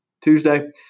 Tuesday